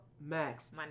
Max